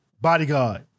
Bodyguard